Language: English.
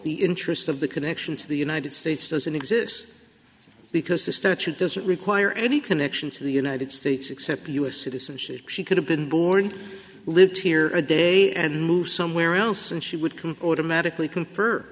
the interest of the connection to the united states doesn't exist because the statute doesn't require any connection to the united states except us citizenship she could have been born lived here a day and moved somewhere else and she would automatically confer